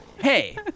Hey